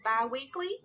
bi-weekly